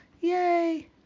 Yay